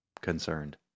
concerned